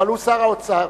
אבל הוא שר האוצר,